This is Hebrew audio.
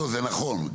זה נכון,